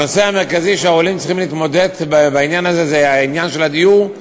הנושא המרכזי שהעולים צריכים להתמודד אתו זה העניין של הדיור,